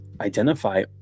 identify